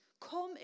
Come